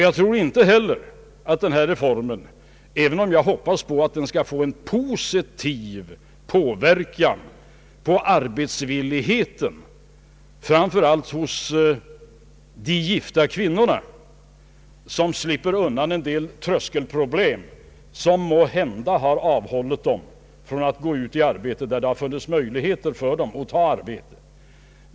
Jag hoppas att den här reformen skall få en positiv verkan på arbetsvilligheten, framför allt hos de gifta kvinnorna, som slipper undan en del tröskeleffekter, vilka måhända har avhållit dem från att gå ut i arbetet där det funnits möjligheter för dem att ta sådant.